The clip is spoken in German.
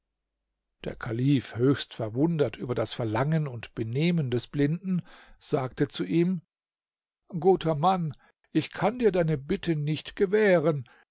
der kalif höchst verwundert über das verlangen und benehmen des blinden sagte zu ihm guter mann ich kann dir deine bitte nicht gewähren